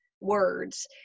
words